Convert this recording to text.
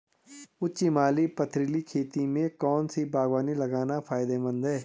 उच्च हिमालयी पथरीली खेती में कौन सी बागवानी लगाना फायदेमंद है?